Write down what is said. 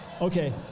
Okay